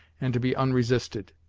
and to be unresisted.